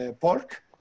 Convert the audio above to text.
pork